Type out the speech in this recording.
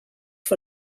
for